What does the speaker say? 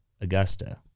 Augusta